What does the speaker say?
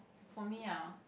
for me uh